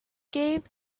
gave